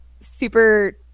super